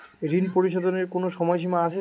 ঋণ পরিশোধের কোনো সময় সীমা আছে?